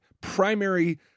primary